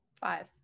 Five